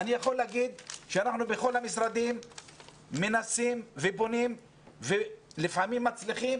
אני יכול להגיד שאנחנו בכל המשרדים מנסים ופונים ולפעמים מצליחים,